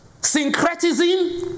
Syncretizing